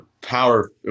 power